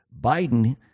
Biden